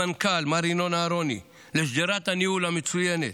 למנכ"ל מר ינון אהרוני, לשדרת הניהול המצוינת,